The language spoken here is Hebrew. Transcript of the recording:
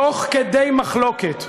תוך כדי מחלוקת.